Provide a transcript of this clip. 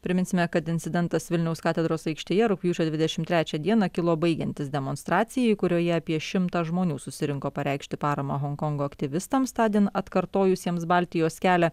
priminsime kad incidentas vilniaus katedros aikštėje rugpjūčio dvidešimt trečią dieną kilo baigiantis demonstracijai kurioje apie šimtą žmonių susirinko pareikšti paramą honkongo aktyvistams tądien atkartojusiems baltijos kelią